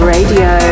Radio